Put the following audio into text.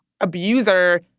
abuser